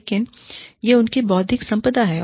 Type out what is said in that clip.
लेकिन यह उनकी बौद्धिक संपदा है